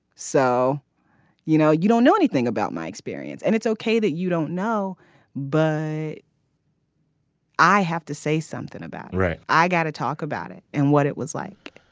so you know you don't know anything about my experience and it's ok that you don't know but i i have to say something about right. i got to talk about it and what it was like